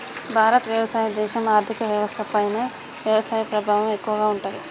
భారత్ వ్యవసాయ దేశం, ఆర్థిక వ్యవస్థ పైన వ్యవసాయ ప్రభావం ఎక్కువగా ఉంటది